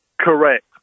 Correct